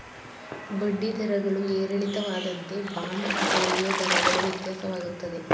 ಬಡ್ಡಿ ದರಗಳು ಏರಿಳಿತವಾದಂತೆ ಬಾಂಡ್ ಫೋಲಿಯೋ ದರಗಳು ವ್ಯತ್ಯಾಸವಾಗುತ್ತದೆ